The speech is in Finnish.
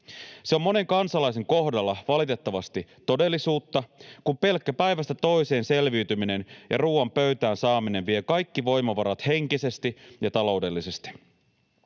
Se on monen kansalaisen kohdalla valitettavasti todellisuutta, kun pelkkä päivästä toiseen selviytyminen ja ruuan pöytään saaminen vie kaikki voimavarat henkisesti ja taloudellisesti.